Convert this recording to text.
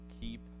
keep